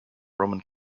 roman